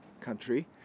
country